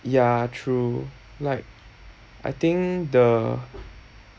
ya true like I think the